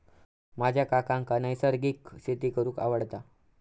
माझ्या काकांका नैसर्गिक शेती करूंक आवडता